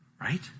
Right